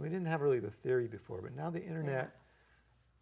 we didn't have really the theory before but now the internet